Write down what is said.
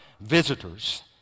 visitors